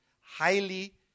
highly